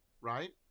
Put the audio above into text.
right